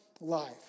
life